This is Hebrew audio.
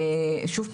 שוב,